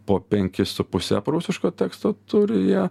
po penkis su puse prūsiško teksto turi jie